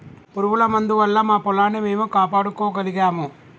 పురుగుల మందు వల్ల మా పొలాన్ని మేము కాపాడుకోగలిగాము